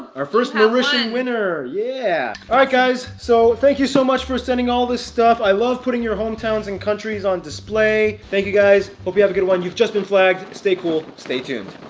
our first marissa and winner. yeah alright guys, so thank you so much for sending all this stuff. i love putting your hometowns in countries on display. thank you guys hope you have a good one. you've just been flagged stay cool. stay tuned